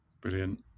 Brilliant